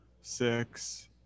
six